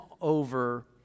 over